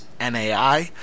NAI